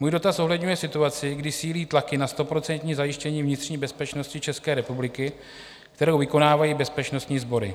Můj dotaz zohledňuje situaci, kdy sílí tlaky na stoprocentní zajištění vnitřní bezpečnosti České republiky, kterou vykonávají bezpečnostní sbory.